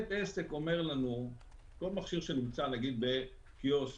נניח יש מכשיר בקיוסק.